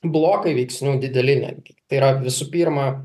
blokai veiksnių dideli netgi tai yra visų pirma